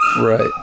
Right